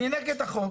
אני נגד החוק,